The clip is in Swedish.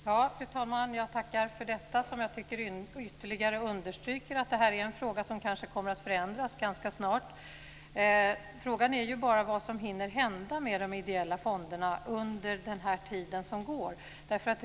Fru talman! Jag tackar för detta som jag tycker ytterligare understryker att det här är en fråga som kanske kommer att förändras ganska snart. Frågan är ju bara vad som hinner hända med de ideella fonderna under den tid som går.